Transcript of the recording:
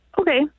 Okay